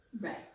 Right